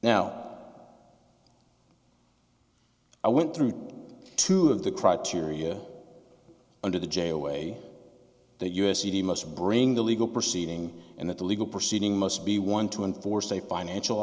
now i went through two of the criteria under the jail way that u s c he must bring the legal proceeding and that the legal proceeding must be one to enforce a financial